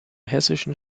hessischen